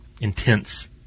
intense